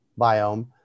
biome